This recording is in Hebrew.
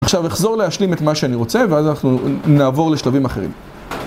עכשיו אחזור להשלים את מה שאני רוצה ואז אנחנו נעבור לשלבים אחרים